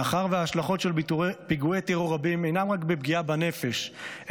מאחר שההשלכות של פיגועי טרור אינן רק בפגיעה בנפש,